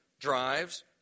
drives